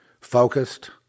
focused